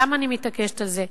למה אני מתעקשת על זה?